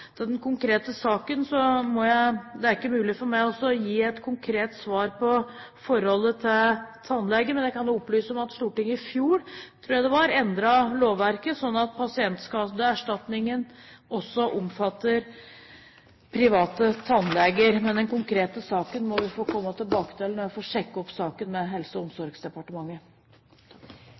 gjelder den konkrete saken, er det ikke mulig for meg å gi et konkret svar på forholdet til tannlegen, men jeg kan opplyse om at Stortinget i fjor, tror jeg det var, endret lovverket slik at pasientskadeerstatningen også omfatter private tannleger. Men den konkrete saken må jeg få komme tilbake til når jeg har fått sjekket saken med Helse- og omsorgsdepartementet.